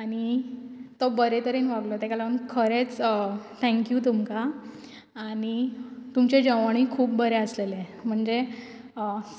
आनी तो बरें तरेन वागलो तेका लोगोन खरेंच थैंक यू तुमकां आनी तुमचें जेवणूय खूब बरें आसलेलें म्हणजे